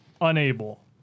unable